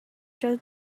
just